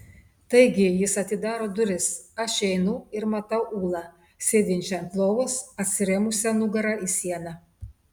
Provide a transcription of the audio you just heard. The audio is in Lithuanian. taigi jis atidaro duris aš įeinu ir matau ulą sėdinčią ant lovos atsirėmusią nugara į sieną